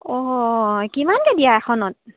অঁ কিমানকৈ দিয়া এখনত